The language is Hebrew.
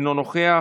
אינו נוכח,